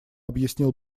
объяснил